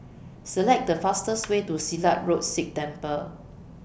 Select The fastest Way to Silat Road Sikh Temple